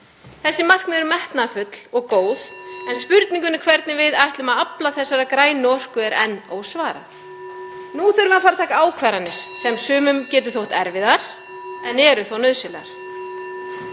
Þessi markmið eru metnaðarfull og góð (Forseti hringir.) en spurningunni, hvernig við ætlum að afla þessarar grænu orku, er enn ósvarað. Nú þurfum við að fara að taka ákvarðanir sem sumum geta þótt erfiðar en eru þó nauðsynlegar.